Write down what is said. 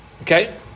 Okay